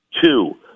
two